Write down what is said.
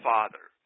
Father